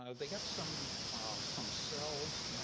um they got some some cells,